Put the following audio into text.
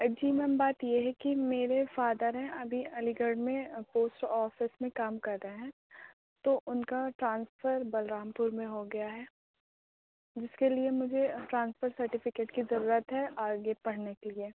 جی ma'am بات یہ ہے کہ میرے فادر ہیں ابھی علی گڑھ میں پوسٹ آفس میں کام کر رہے ہیں تو اُن کا ٹرانسفر بلرام پور میں ہو گیا ہے جس کے لیے مجھے ٹرانسفر سرٹیفکیٹ کی ضرورت ہے آگے پڑھنے کے لیے